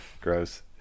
Gross